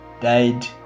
died